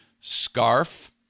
scarf